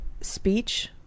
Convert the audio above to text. speech